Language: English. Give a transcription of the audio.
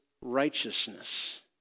righteousness